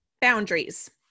Boundaries